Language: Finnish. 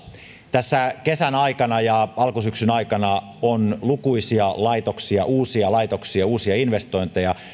tässä kesän aikana ja alkusyksyn aikana on lukuisia uusia laitoksia uusia investointeja